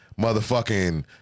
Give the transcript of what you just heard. motherfucking